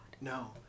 No